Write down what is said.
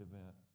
event